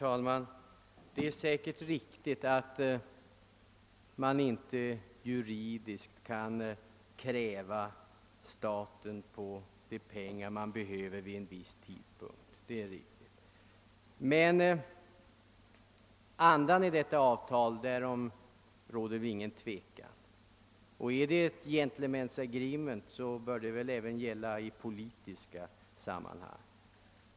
Herr talman! Det är säkerligen riktigt att kommunala instanser inom Storstockholmsregionen inte kan kräva staten på de pengar man behöver vid en viss tidpunkt. Men om andan i detta avtal kan väl inget tvivel råda, och är det ett gentlemen's agreement, så bör det väl även gälla i politiska sammanhang.